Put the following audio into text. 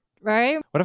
right